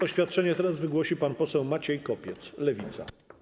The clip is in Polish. Oświadczenie teraz wygłosi pan poseł Maciej Kopiec, Lewica.